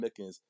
Mickens